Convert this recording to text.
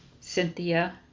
Cynthia